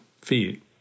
feet